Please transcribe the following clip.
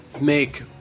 make